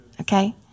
okay